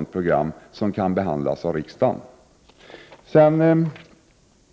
ett program som kan behandlas av riksdagen.